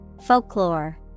Folklore